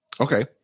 Okay